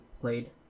played